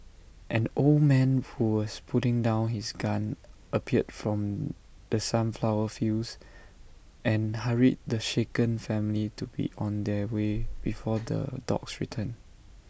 an old man who was putting down his gun appeared from the sunflower fields and hurried the shaken family to be on their way before the dogs return